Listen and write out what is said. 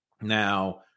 Now